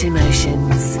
Emotions